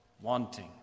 wanting